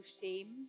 shame